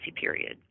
period